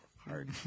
hard